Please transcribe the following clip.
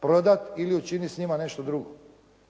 prodati ili učiniti s njima nešto drugo.